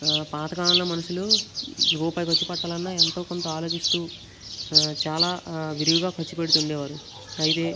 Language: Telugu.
పాత కాలంలో మనుషులు రూపాయి ఖర్చు పెట్టాలన్నా ఎంతో కొంత ఆలోచిస్తూ చాలా విరివిగా ఖర్చు పెడుతు ఉండేవారు అయితే